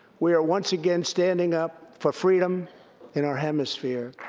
we are once again standing up for freedom in our hemisphere.